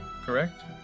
correct